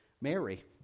Mary